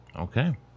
Okay